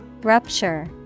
Rupture